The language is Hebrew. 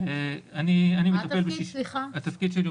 אחד מכל